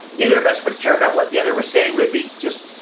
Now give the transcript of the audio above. neither of us would care about what the other were saying, we'd be just,